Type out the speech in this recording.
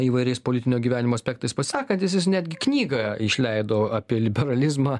įvairiais politinio gyvenimo aspektais pasisakantis jis netgi knygą išleido apie liberalizmą